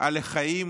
על החיים